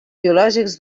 biològics